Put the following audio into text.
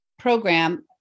program